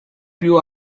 più